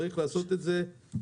צריך לעשות את זה מהר.